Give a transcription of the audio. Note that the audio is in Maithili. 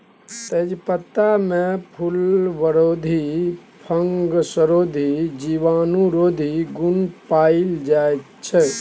तेजपत्तामे फुलबरोधी, फंगसरोधी, जीवाणुरोधी गुण पाएल जाइ छै